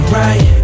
right